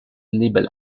libel